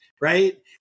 right